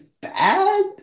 bad